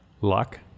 Luck